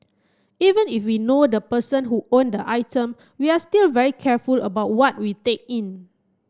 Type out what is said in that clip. even if we know the person who owned the item we're still very careful about what we take in